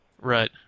Right